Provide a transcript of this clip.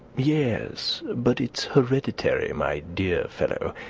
yes, but it's hereditary, my dear fellow.